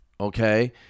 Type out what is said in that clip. okay